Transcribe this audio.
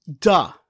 duh